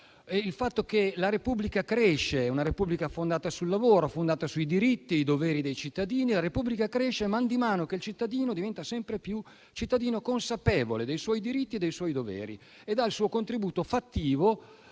il fatto che la Repubblica cresce, è fondata sul lavoro e sui diritti e i doveri dei cittadini e cresce man mano che il cittadino diventa sempre più consapevole dei suoi diritti e dei suoi doveri e dà il suo contributo fattivo